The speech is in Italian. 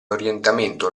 orientamento